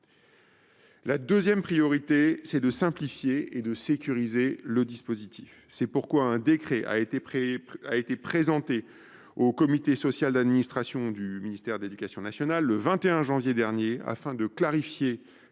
La seconde priorité, c’est de simplifier et de sécuriser le dispositif. C’est pourquoi un décret a été présenté au comité social d’administration du ministère de l’éducation nationale (Csamen), le 21 janvier dernier, afin de clarifier